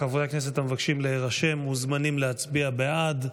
חברי הכנסת המבקשים להירשם מוזמנים להצביע בעד.